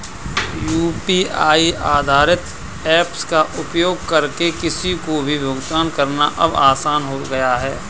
UPI आधारित apps का उपयोग करके किसी को भी भुगतान करना अब आसान हो गया है